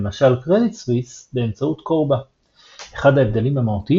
למשל Credit Swiss באמצעות CORBA. אחד ההבדלים המהותיים